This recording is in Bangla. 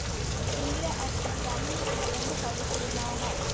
ইঙ্গরা এক খুবই দামি উল যেটা অন্য খরগোশ থেকে নেওয়া হয়